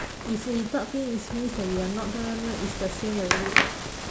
if we dark pink it means that we are not is the same already